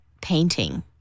painting